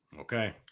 Okay